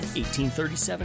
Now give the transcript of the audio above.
1837